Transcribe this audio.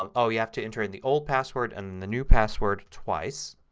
um oh, you have to enter the old password and the new password twice.